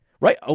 right